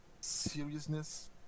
seriousness